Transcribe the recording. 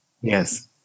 yes